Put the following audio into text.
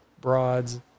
broads